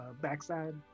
backside